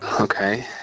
Okay